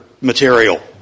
material